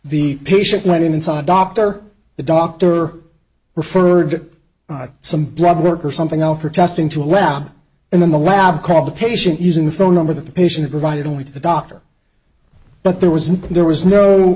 the patient went inside doctor the doctor referred some blood work or something else for testing to a lab and then the lab called the patient using the phone number that the patient provided only to the doctor but there was no there was no